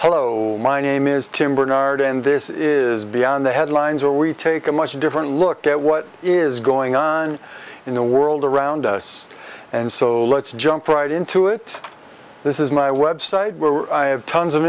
hello my name is tim barnard and this is beyond the headlines where we take a much different look at what is going on in the world around us and so let's jump right into it this is my website i have tons of